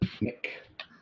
Nick